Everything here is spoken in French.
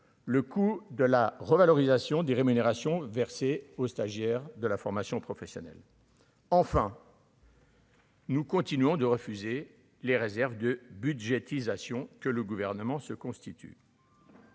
le coût de la revalorisation des rémunérations versées aux stagiaires de la formation professionnelle. Nous continuons de refuser les réserves de budgétisation, que le gouvernement se constitue.